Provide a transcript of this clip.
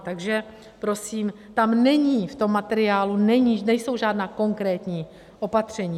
Takže prosím, tam není, v tom materiálu nejsou žádná konkrétní opatření.